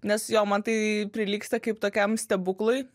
nes jo man tai prilygsta kaip tokiam stebuklui